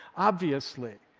obviously,